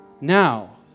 Now